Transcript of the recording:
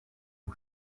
mon